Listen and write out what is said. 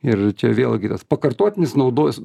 ir čia vėlgi tas pakartotinis naudos